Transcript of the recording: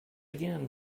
again